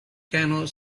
canoe